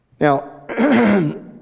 Now